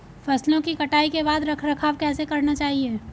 फसलों की कटाई के बाद रख रखाव कैसे करना चाहिये?